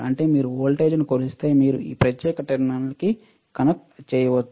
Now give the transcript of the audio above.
అంటే మీరు వోల్టేజ్ కొలిస్తే మీరు ఈ ప్రత్యేక టెర్మినల్ కి కనెక్ట్ చేయవచ్చు